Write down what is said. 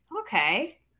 Okay